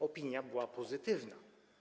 Opinia była pozytywna.